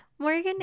Morgan